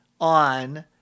on